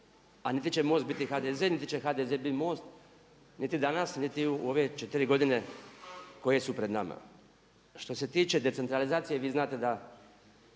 A niti će MOST biti HDZ, niti će HDZ bit MOST, niti danas niti u ove četiri godine koje su pred nama. Što se tiče decentralizacije vi znate da